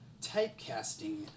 typecasting